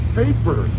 paper